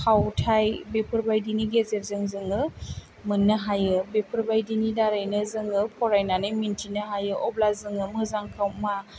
फावथाइ बेफोरबादिनि गेजेरजों जोङो मोन्नो हायो बेफोर बाइदिनि दारैनो जोङो फरायनानै मिथिनो हायो अब्ला जोङो मोजांखौ मा